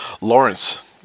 Lawrence